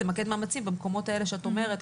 למקד מאמצים במקומות האלה שאת אומרת,